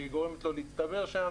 גורמת לו להצטבר שם